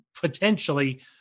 potentially